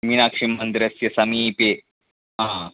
मीनाक्षिमन्दिरस्य समीपे हा